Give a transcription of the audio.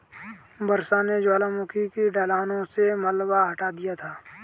वर्षा ने ज्वालामुखी की ढलानों से मलबा हटा दिया था